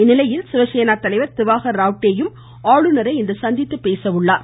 இந்நிலையில் சிவசேனா தலைவர் திவாகர் ராவ்டேயும் ஆளுநரை இன்று சந்தித்துப் பேச உள்ளார்